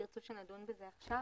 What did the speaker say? תרצו שנדון בזה עכשיו?